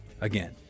Again